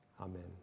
Amen